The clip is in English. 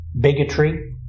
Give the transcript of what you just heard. bigotry